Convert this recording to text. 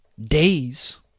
days